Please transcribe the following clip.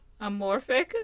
amorphic